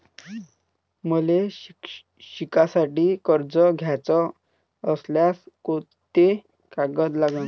मले शिकासाठी कर्ज घ्याचं असल्यास कोंते कागद लागन?